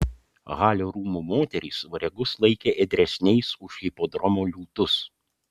halio rūmų moterys variagus laikė ėdresniais už hipodromo liūtus